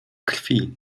krwi